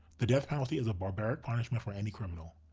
the death penalty is a barbaric punishment for any criminal.